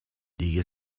دیگه